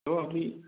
तो अभी